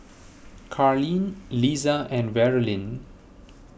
Carleen Liza and Verlyn